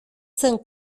zen